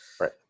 Right